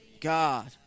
God